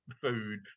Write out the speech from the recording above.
food